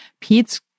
Pete's